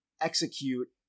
execute